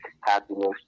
happiness